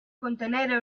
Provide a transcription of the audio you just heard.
contenere